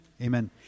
Amen